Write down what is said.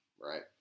right